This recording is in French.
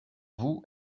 vous